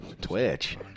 Twitch